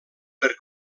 per